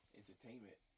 entertainment